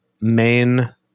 main